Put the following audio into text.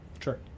Sure